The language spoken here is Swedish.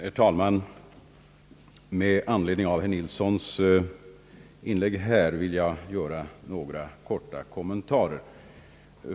Herr talman! Med anledning av herr Nilssons inlägg vill jag göra några korta kommentarer.